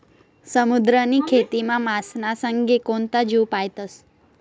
समुद्रनी खेतीमा मासाना संगे कोणता जीव पायतस?